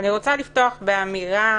אני רוצה לפתוח באמירה